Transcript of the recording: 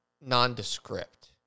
nondescript